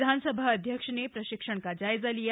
विधानसभा अध्यक्ष ने प्रशिक्षण का जायजा लिया